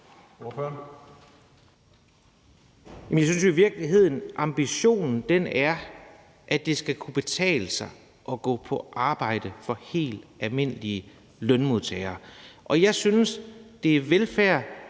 Jeg synes jo i virkeligheden, at ambitionen er, at det skal kunne betale sig at gå på arbejde for helt almindelige lønmodtagere. Jeg synes, det er velfærd.